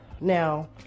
Now